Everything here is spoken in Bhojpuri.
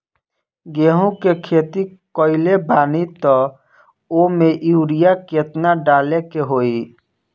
गेहूं के खेती कइले बानी त वो में युरिया केतना डाले के होई?